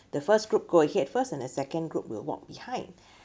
the first group go ahead first and the second group will walk behind